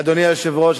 אדוני היושב-ראש,